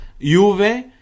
Juve